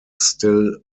still